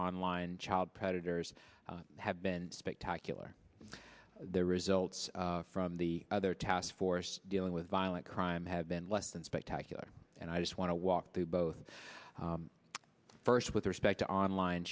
online child predators have been spectacular the results from the other task force dealing with violent crime have been less than spectacular and i just want to walk through both first with respect to online